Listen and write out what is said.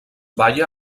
balla